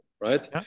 right